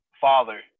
Father